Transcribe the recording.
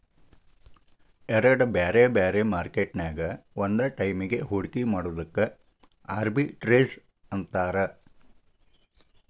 ಎರಡ್ ಬ್ಯಾರೆ ಬ್ಯಾರೆ ಮಾರ್ಕೆಟ್ ನ್ಯಾಗ್ ಒಂದ ಟೈಮಿಗ್ ಹೂಡ್ಕಿ ಮಾಡೊದಕ್ಕ ಆರ್ಬಿಟ್ರೇಜ್ ಅಂತಾರ